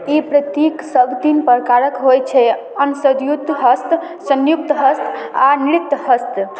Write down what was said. ई प्रतीकसब तीन प्रकारके होइ छै असँयुक्त हस्त सँयुक्त हस्त आओर नृत्त हस्त